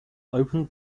open